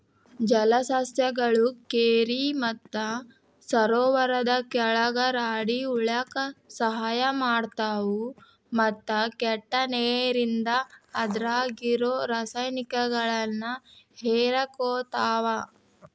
ಜಲಸಸ್ಯಗಳು ಕೆರಿ ಮತ್ತ ಸರೋವರದ ಕೆಳಗ ರಾಡಿ ಉಳ್ಯಾಕ ಸಹಾಯ ಮಾಡ್ತಾವು, ಮತ್ತ ಕೆಟ್ಟ ನೇರಿಂದ ಅದ್ರಾಗಿರೋ ರಾಸಾಯನಿಕಗಳನ್ನ ಹೇರಕೋತಾವ